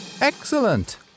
Excellent